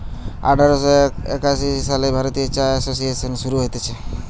আঠার শ একাশি সালে ভারতীয় চা এসোসিয়েসন শুরু করা হতিছে